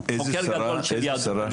חוקר גדול של --- איזו שרה,